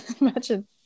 Imagine